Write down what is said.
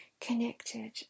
connected